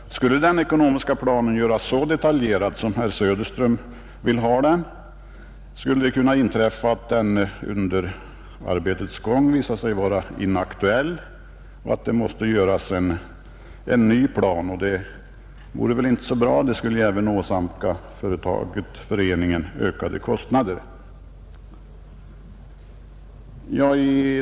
Skulle den ekonomiska planen göras så detaljerad som herr Söderström vill ha den, skulle det kunna inträffa att den under arbetets gång visade sig vara inaktuell och att därför en ny plan måste utarbetas. Detta vore väl inte så bra — det skulle även åsamka föreningen ökade kostnader.